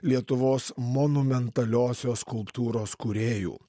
lietuvos monumentaliosios skulptūros kūrėjų